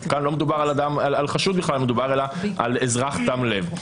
כאן לא מדובר על חשוד אלא מדובר על אזרח תם לב.